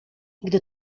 gdy